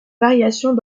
variations